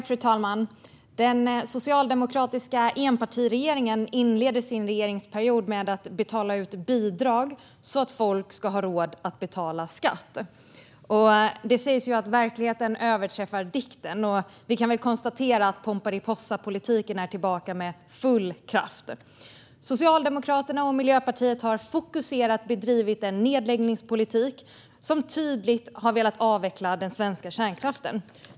Fru talman! Den socialdemokratiska enpartiregeringen inleder sin regeringsperiod med att betala ut bidrag så att folk ska ha råd att betala skatt. Det sägs ju att verkligheten överträffar dikten, och vi kan väl konstatera att Pomperipossapolitiken är tillbaka med full kraft. Socialdemokraterna och Miljöpartiet har fokuserat bedrivit en nedläggningspolitik som tydligt velat avveckla den svenska kärnkraften.